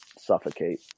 suffocate